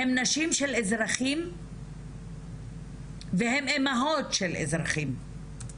הן נשים של אזרחים והן אימהות של אזרחים.